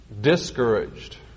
discouraged